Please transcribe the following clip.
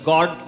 God